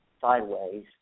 sideways